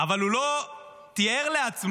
אבל הוא לא תיאר לעצמו,